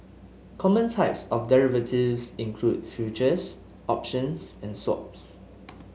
common types of derivatives include futures options and swaps